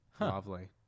Lovely